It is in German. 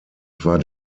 war